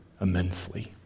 immensely